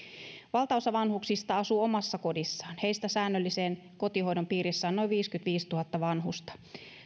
valtaosa vanhuksista asuu omassa kodissaan heistä säännöllisen kotihoidon piirissä on noin viisikymmentäviisituhatta vanhusta